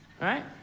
Right